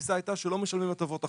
התפיסה הייתה שלא משלמים הטבות אחורה.